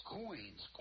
coins